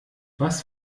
was